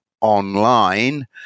online